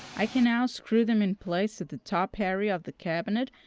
i can now screw them in place at the top area of the cabinet,